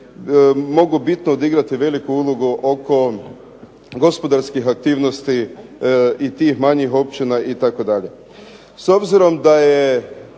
mogu bitno odigrati veliku ulogu oko gospodarskih aktivnosti i tih manjih općina itd.